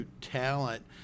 talent